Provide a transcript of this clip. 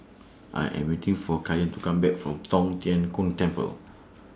I Am waiting For Kyan to Come Back from Tong Tien Kung Temple